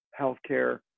healthcare